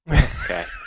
okay